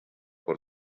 por